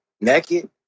naked